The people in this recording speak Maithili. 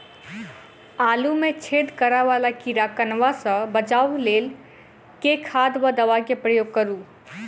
आलु मे छेद करा वला कीड़ा कन्वा सँ बचाब केँ लेल केँ खाद वा दवा केँ प्रयोग करू?